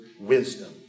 wisdom